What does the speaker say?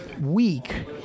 week